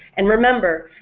and remember,